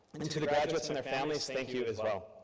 and to the graduates and families, thank you as well.